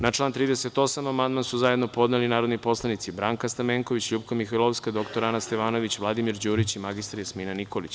Na član 38. amandman su zajedno podneli narodni poslanici Branka Stamenković, LJupka Mihajlovska, dr Ana Stevanović, Vladimir Đurić i mr Jasmina Nikolić.